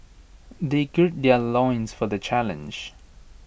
they gird their loins for the challenge